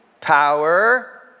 power